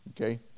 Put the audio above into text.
okay